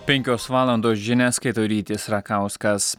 penkios valandos žinias skaito rytis rakauskas